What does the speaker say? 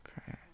Okay